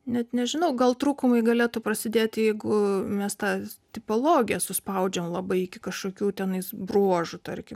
net nežinau gal trūkumai galėtų prasidėti tipologiją suspaudžiam labai iki kažkokių tenais bruožų tarkim